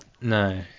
no